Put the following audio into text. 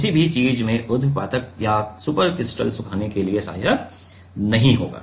तो यह किसी भी चीज़ में ऊध्र्वपातक या सुपरक्रिटिकल सुखाने के लिए सहायक नहीं होगा